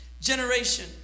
generation